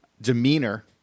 demeanor